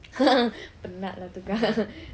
penat lah tu kak